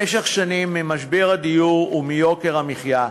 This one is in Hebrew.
שהתעלם במשך שנים ממשבר הדיור ומיוקר המחיה,